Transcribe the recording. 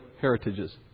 heritages